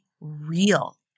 real